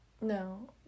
No